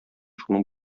шуның